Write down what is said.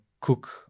cook